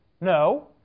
No